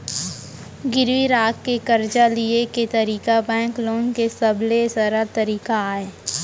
गिरवी राख के करजा लिये के तरीका बेंक लोन के सबले सरल तरीका अय